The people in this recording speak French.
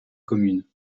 commune